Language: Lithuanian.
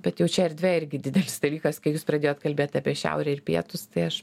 bet jau čia erdvė irgi didelis dalykas kai jūs pradėjot kalbėt apie šiaurę ir pietus tai aš